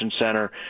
Center